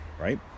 right